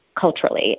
Culturally